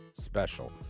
special